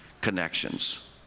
connections